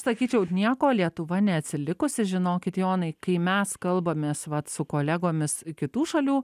sakyčiau nieko lietuva neatsilikusi žinokit jonai kai mes kalbamės vat su kolegomis kitų šalių